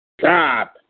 Stop